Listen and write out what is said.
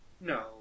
No